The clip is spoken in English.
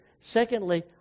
secondly